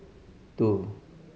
two